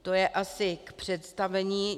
To je asi k představení.